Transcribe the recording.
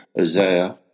Isaiah